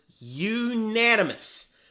unanimous